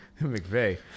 McVeigh